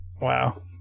Wow